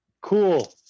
Cool